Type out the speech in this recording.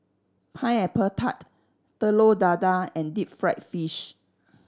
Pineapple Tart Telur Dadah and deep fried fish